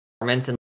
performance